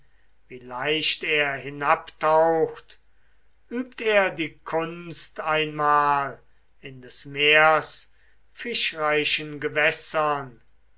wie leicht er hinabtaucht übt er die kunst einmal in des meers fischreichen gewässern